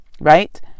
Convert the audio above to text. Right